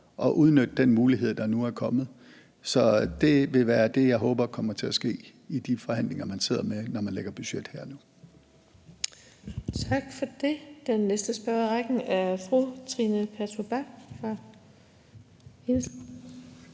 at udnytte den mulighed, der nu er kommet. Så det vil være det, jeg håber kommer til at ske i de forhandlinger, man sidder med, når man lægger budget her og nu. Kl. 16:56 Den fg. formand (Birgitte Vind): Tak for det.